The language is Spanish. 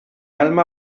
alma